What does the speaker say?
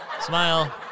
Smile